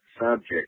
subject